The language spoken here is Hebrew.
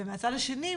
מהצד השני,